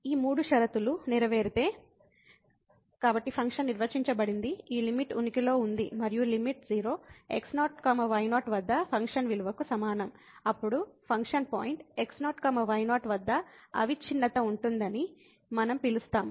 ఈ మూడు షరతులు నెరవేరితే కాబట్టి ఫంక్షన్ నిర్వచించబడింది ఈ లిమిట్ ఉనికిలో ఉంది మరియు లిమిట్ 0 x0 y0 వద్ద ఫంక్షన్ విలువకు సమానం అప్పుడు ఫంక్షన్ పాయింట్ x0 y0 వద్ద అవిచ్ఛిన్నత ఉంటుందని మనం పిలుస్తాము